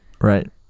Right